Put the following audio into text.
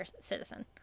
citizen